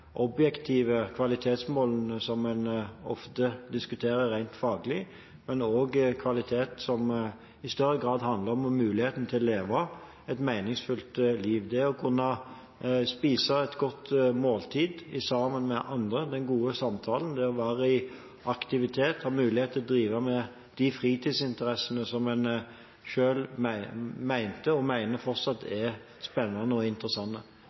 objektive kvalitetsmålene som man ofte diskuterer rent faglig, men også om kvalitet som i større grad handler om muligheten til å leve et meningsfylt liv – det å kunne spise et godt måltid sammen med andre, den gode samtalen, det å være i aktivitet, ha mulighet til å drive med de fritidsinteressene som en selv mente og fortsatt mener er spennende og interessante.